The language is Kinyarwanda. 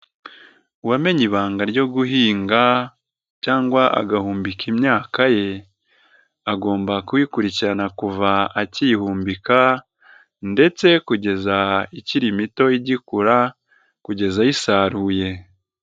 Uwamenye ibanga ryo guhinga cyangwa agahumbika imyaka ye agomba kuyikurikirana kuva akihumbika ndetse kugeza ikiri mitoya igikura kugeza ayisaruye.